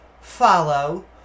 follow